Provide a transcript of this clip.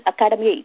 Academy